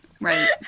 right